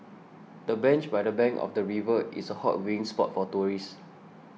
the bench by the bank of the river is a hot viewing spot for tourists